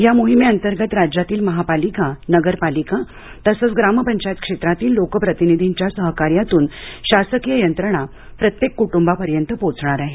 या मोहिमेंतर्गत राज्यातील महापालिका नगरपालिका ग्रामपंचायत क्षेत्रातील लोकप्रतिनिधींच्या सहकार्यातून शासकीय यंत्रणा प्रत्येक कुटुंबापर्यंत पोहोचणार आहे